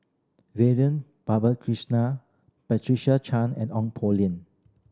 Vivian Patricia Chan and Ong Poh